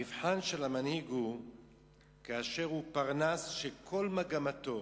המבחן של המנהיג הוא כאשר הוא פרנס שכל מגמתו